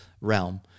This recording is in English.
realm